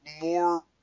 more